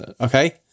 Okay